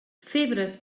febres